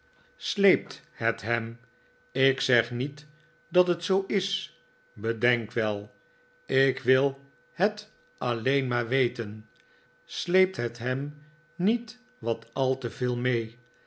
sleept het hem ik zeg niet dat het zoo is bedenk wel ik wil het alleen maar weten sleept het hem niet wat al te veel mee